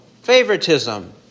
favoritism